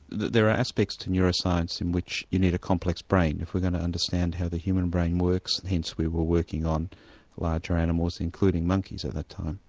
there are aspects to neuroscience in which you need a complex brain if we're going to understand how the human brain works hence we were working on larger animals including monkeys at that time.